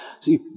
See